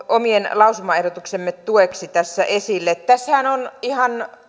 omien lausumaehdotustemme tueksi tässä esille tässähän on ihan